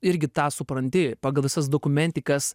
irgi tą supranti pagal visas dokumentikas